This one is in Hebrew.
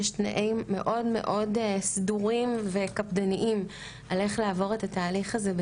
יש תנאים מאוד מאוד סדורים וקפדניים איך לעבור את התהליך הזה,